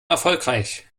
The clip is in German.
erfolgreich